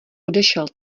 odešel